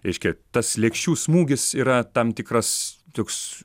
reiškia tas lėkščių smūgis yra tam tikras toks